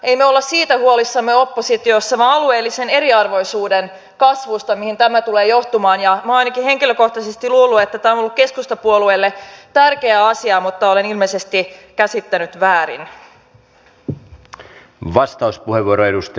emme me ole siitä huolissamme oppositiossa vaan alueellisen eriarvoisuuden kasvusta mihin tämä tulee johtamaan ja olen ainakin henkilökohtaisesti luullut että tämä on ollut keskustapuolueelle tärkeä asia mutta olen ilmeisesti käsittänyt väärin